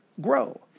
grow